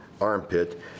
armpit